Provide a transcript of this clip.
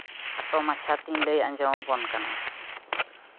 ᱠᱷᱟᱴᱚ ᱢᱟᱪᱷᱟᱛᱤᱧ ᱞᱟᱹᱭ ᱟᱸᱡᱚᱢ ᱟᱵᱳᱱ ᱠᱟᱱᱟ